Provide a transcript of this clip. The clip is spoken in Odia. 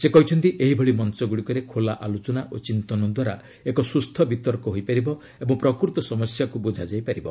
ସେ କହିଛନ୍ତି ଏହିଭଳି ମଞ୍ଚଗୁଡ଼ିକରେ ଖୋଲା ଆଲୋଚନା ଓ ଚିନ୍ତନ ଦ୍ୱାରା ଏକ ସୁସ୍ଥ ବିତର୍କ ହୋଇପାରିବ ଏବଂ ପ୍ରକୃତ ସମସ୍ୟାକୁ ବୁଝାଯାଇ ପାରିବ